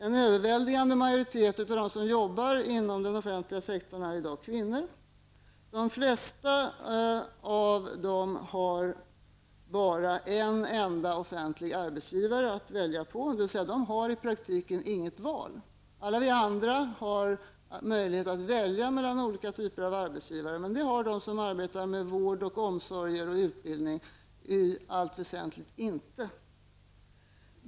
En överväldigande majoritet av dem som i dag jobbar inom den offentliga sektorn är kvinnor. De flesta av dem har bara en enda offentlig arbetsgivare att välja, dvs. att de i praktiken inte har något valt. Alla vi andra har möjlighet att välja mellan olika typer av arbetsgivare, men det har i allt väsentligt inte de som arbetar med vård, omsorg och utbildning.